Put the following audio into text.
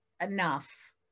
enough